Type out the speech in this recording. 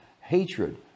hatred